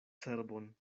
cerbon